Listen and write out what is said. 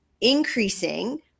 increasing